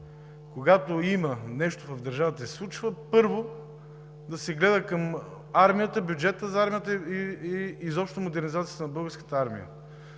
когато нещо се случва в държавата, първо да се гледа към армията, бюджета за армията и изобщо модернизацията на Българската армия.